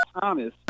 Thomas